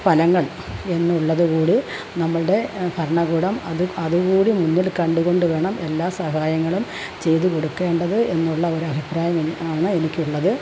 ഫലങ്ങൾ എന്നുള്ളത് കൂടി നമ്മളുടെ ഭരണകൂടം അത് അത് കൂടി മുന്നിൽ കണ്ടുകൊണ്ട് വേണം എല്ലാ സഹായങ്ങളും ചെയ്തുകൊടുക്കേണ്ടത് എന്നുള്ള ഒരഭിപ്രായമാണ് എനിക്കുള്ളത്